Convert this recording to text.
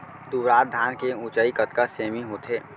दुबराज धान के ऊँचाई कतका सेमी होथे?